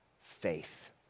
faith